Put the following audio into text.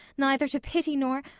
neither to pity nor